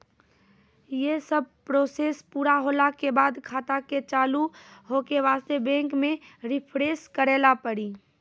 यी सब प्रोसेस पुरा होला के बाद खाता के चालू हो के वास्ते बैंक मे रिफ्रेश करैला पड़ी?